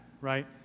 Right